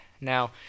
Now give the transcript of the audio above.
Now